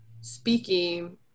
speaking